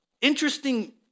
interesting